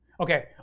Okay